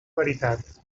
veritat